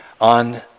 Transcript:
on